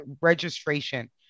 registration